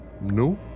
No